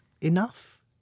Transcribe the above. enough